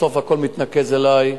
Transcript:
בסוף הכול מתנקז אלי,